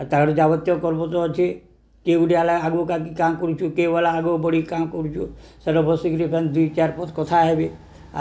ଆର୍ ତାଆଡ଼ୁ ଯାବତ୍ୟ ତ ଅଛି କେ ଗୋଟିଏ ହେଲା ଆଗକୁ କା କି କାଁକୁ କରୁଛୁ କେ ବଲା ଆଗକୁ ବଢ଼ି କାଁ କରୁଛୁ ସେଇଟା ବସିକିରି ଦୁଇ ଚାରି ପଥ କଥା ହେବି